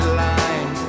line